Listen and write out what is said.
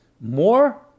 more